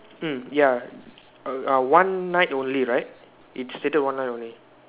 hmm ya err uh one night only right it stated one night only